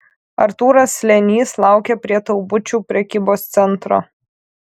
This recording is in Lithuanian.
artūras slėnys laukė prie taubučių prekybos centro